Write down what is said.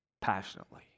passionately